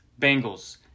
Bengals